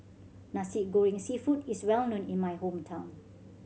Nasi Goreng Seafood is well known in my hometown